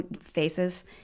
faces